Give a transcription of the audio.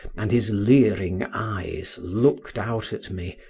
and his leering eyes, looked out at me,